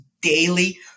daily